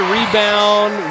Rebound